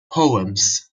poems